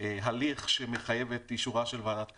הליך שמחייב את אישורה של ועדת הכלכלה.